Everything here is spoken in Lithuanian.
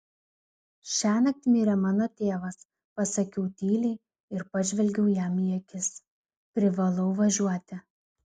šiąnakt mirė mano tėvas pasakiau tyliai ir pažvelgiau jam į akis privalau važiuoti